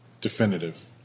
definitive